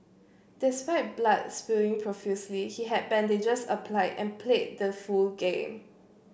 despite blood spewing profusely he had bandages applied and played the full game